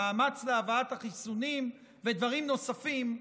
המאמץ להבאת החיסונים ודברים נוספים,